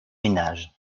ménages